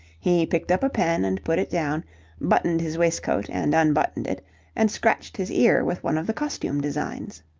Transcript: he picked up a pen and put it down buttoned his waistcoat and unbuttoned it and scratched his ear with one of the costume-designs.